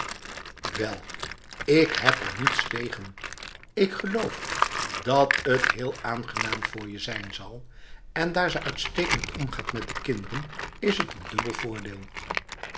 wel ik heb er niets tegen ik geloof dat het heel aangenaam voor je zijn zal en daar ze uitstekend omgaat met de kinderen is het n dubbel voordeel